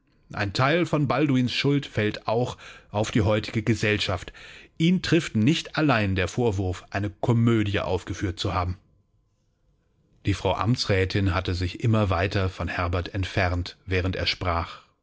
ein teil von balduins schuld fällt auch auf die heutige gesellschaft ihn trifft nicht allein der vorwurf eine komödie aufgeführt zu haben die frau amtsrätin hatte sich immer weiter von herbert entfernt während er sprach